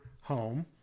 home